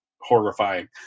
horrifying